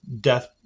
Death